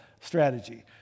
strategy